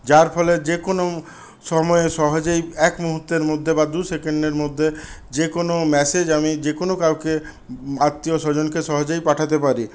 যার ফলে যেকোনও সময়ে সহজেই এক মুহুর্তের মধ্যে বা দু সেকেন্ডের মধ্যে যেকোনও মেসেজ আমি যেকোনও কাউকে আত্মীয় স্বজনকে সহজেই পাঠাতে পারি মুহূর্ত